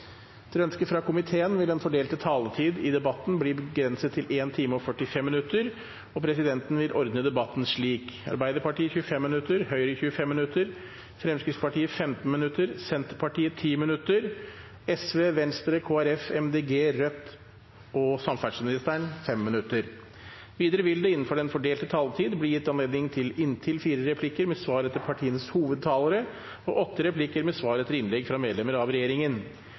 Etter ønske fra transport- og kommunikasjonskomiteen vil den fordelte taletid i debatten bli begrenset til 1 time og 45 minutter, og presidenten vil ordne debatten slik: Arbeiderpartiet 25 minutter, Høyre 25 minutter, Fremskrittspartiet 15 minutter, Senterpartiet 10 minutter, Sosialistisk Venstreparti 5 minutter, Venstre 5 minutter, Kristelig Folkeparti 5 minutter, Miljøpartiet De Grønne 5 minutter, Rødt 5 minutter og samferdselsministeren 5 minutter. Videre vil det – innenfor den fordelte taletid – bli gitt anledning til inntil fire replikker med svar etter partienes hovedtalere og åtte replikker